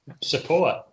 support